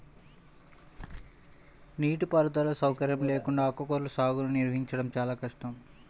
నీటిపారుదల సౌకర్యం లేకుండా ఆకుకూరల సాగుని నిర్వహించడం చాలా కష్టం